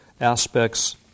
aspects